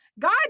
God